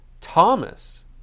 Thomas